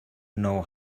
know